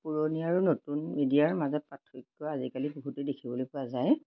পুৰণি আৰু নতুন মিডিয়াৰ মাজত পাৰ্থক্য আজিকালি বহুতেই দেখিবলৈ পোৱা যায়